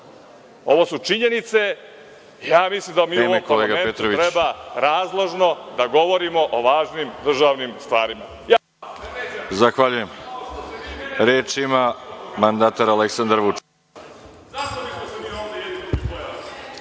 Ovo su činjenice, mislim da mi u ovom parlamentu treba razložno da govorimo o važnim državnim stvarima.